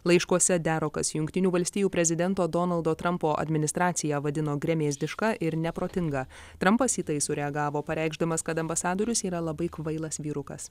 laiškuose derokas jungtinių valstijų prezidento donaldo trampo administraciją vadino gremėzdiška ir neprotinga trampas į tai sureagavo pareikšdamas kad ambasadorius yra labai kvailas vyrukas